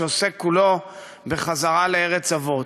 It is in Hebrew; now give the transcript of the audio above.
שעוסק כולו בחזרה לארץ אבות.